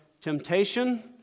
temptation